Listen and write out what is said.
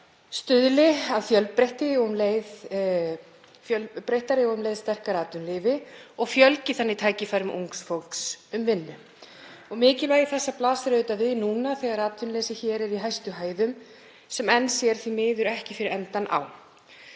um leið fjölbreyttara og sterkara atvinnulífi og fjölgi þannig tækifærum ungs fólks um vinnu. Mikilvægi þessa blasir auðvitað við núna þegar atvinnuleysi er í hæstu hæðum, sem enn sér því miður ekki fyrir endann á.